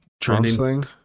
trending